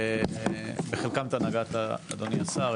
בחלקם נגעת, אדוני השר.